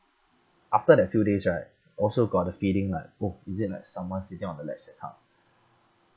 after that few days right also got the feeling like !woo! is it like someone sitting on the ledge that kind